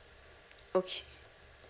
okay